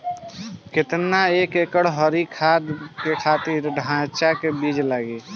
केतना एक एकड़ हरी खाद के खातिर ढैचा के बीज लागेला?